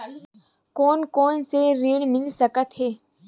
कोन कोन से ऋण मिल सकत हे?